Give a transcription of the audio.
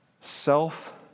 Self